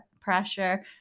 pressure